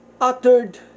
uttered